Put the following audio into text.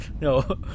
No